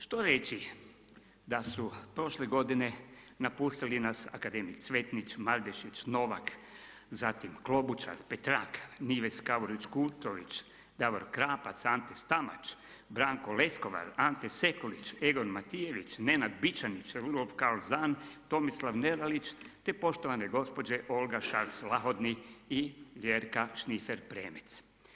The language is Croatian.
Što reći da su prošle godine napustili nas akademik Cvetnić, Mardešić, Novak, Klobučar, Petraka, Nives Kavurić Kultović, Davor Krapac, Ante Stamač, Branko Leskovar, Ante Sekulić, Egon Matijević, Nenad Bičanić, Rudolf …, Tomislav Neralić te poštovane gospođe Olga Šarc Lahodni i Ljerka Šnifer Premec.